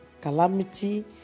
calamity